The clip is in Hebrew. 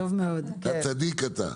אתה צדיק, אתה.